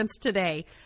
today